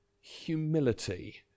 humility